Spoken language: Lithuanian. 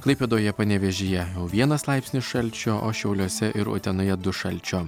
klaipėdoje panevėžyje vienas laipsnis šalčio o šiauliuose ir utenoje du šalčio